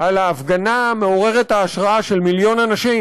על ההפגנה מעוררת ההשראה של מיליון אנשים